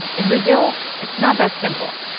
in brazil, it's not that simple,